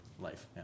life